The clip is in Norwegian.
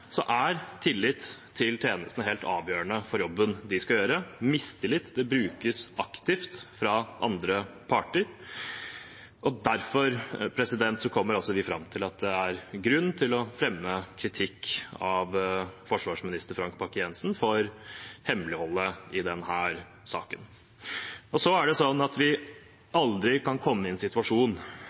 er tillit til tjenestene helt avgjørende for jobben de skal gjøre. Mistillit brukes aktivt fra andre parter. Derfor kommer vi altså fram til at det er grunn til å fremme kritikk av forsvarsminister Frank Bakke-Jensen for hemmeligholdet i denne saken. Vi kan aldri komme i en situasjon hvor regjeringen gjennom hemmelighold avskjærer Stortingets mulighet til å kontrollere – og ja, også kritisere – regjeringen i